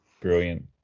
Brilliant